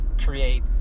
create